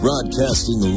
Broadcasting